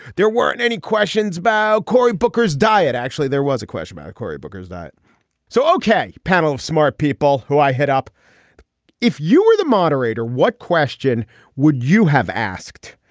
there weren't any questions about cory booker's diet actually. there was a question about cory booker's not so. ok panel of smart people who i hit up if you were the moderator what question would you have asked.